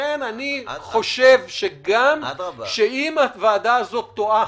ולכן אני חושב שאם הוועדה הזאת טועה,